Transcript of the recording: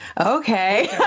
okay